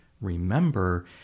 remember